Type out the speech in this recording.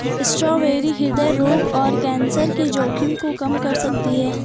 strawberry हृदय रोग और कैंसर के जोखिम को कम कर सकती है